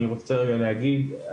אני רוצה רגע להגיד,